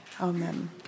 Amen